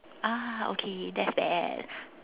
ah okay that's bad